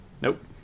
Nope